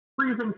freezing